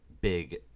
big